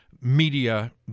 media